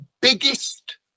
biggest